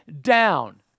down